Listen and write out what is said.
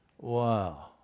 Wow